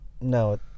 No